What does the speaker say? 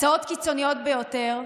הצעות קיצוניות ביותר.